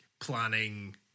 planning